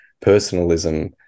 personalism